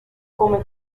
come